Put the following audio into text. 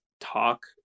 talk